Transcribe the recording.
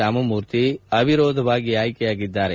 ರಾಮಮೂರ್ತಿ ಅವಿರೋಧವಾಗಿ ಆಯ್ಕೆಯಾಗಿದ್ದಾರೆ